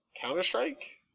Counter-Strike